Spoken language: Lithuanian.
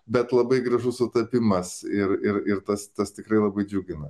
bet labai gražus sutapimas ir ir ir tas tas tikrai labai džiugina